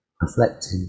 reflecting